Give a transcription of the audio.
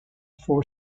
for